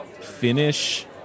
finish